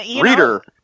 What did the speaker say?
Reader